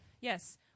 yes